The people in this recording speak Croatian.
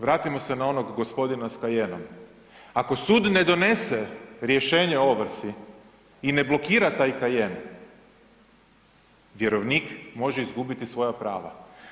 Vratimo se na onog gospodina sa Cayennom, ako sud ne donese rješenje o ovrsi i ne blokira taj Cayenn, vjerovnik može izgubiti svoja prava.